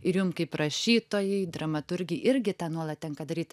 ir jum kaip rašytojai dramaturgei irgi tą nuolat tenka daryt